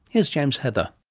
here's james heather.